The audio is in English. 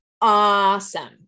awesome